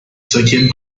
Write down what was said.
cinquième